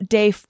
day